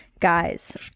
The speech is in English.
Guys